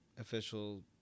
official